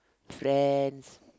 friends